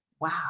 Wow